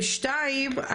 ושתיים,